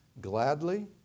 gladly